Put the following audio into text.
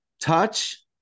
touch